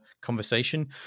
conversation